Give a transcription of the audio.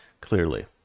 clearly